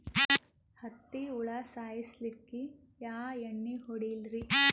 ಹತ್ತಿ ಹುಳ ಸಾಯ್ಸಲ್ಲಿಕ್ಕಿ ಯಾ ಎಣ್ಣಿ ಹೊಡಿಲಿರಿ?